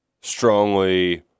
strongly